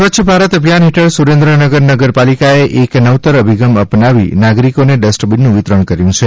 સ્વચ્છ ભારત અભિયાન હેઠળ સુરેન્દ્રનગર નગરપાલિકાએ એક નવતર અભિગમ અપનાવી નાગરિકોને ડસ્ટબિનનું વિતરણ કર્યું છે